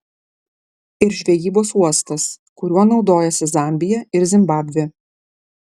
ir žvejybos uostas kuriuo naudojasi zambija ir zimbabvė